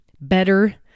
better